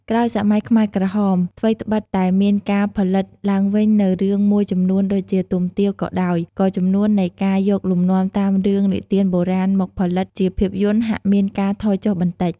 ក្រោយសម័យខ្មែរក្រហម ថ្វីត្បិតតែមានការផលិតឡើងវិញនូវរឿងមួយចំនួនដូចជា "ទុំទាវ" ក៏ដោយ ក៏ចំនួននៃការយកលំនាំតាមរឿងនិទានបុរាណមកផលិតជាភាពយន្តហាក់មានការថយចុះបន្តិច។